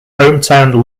hometown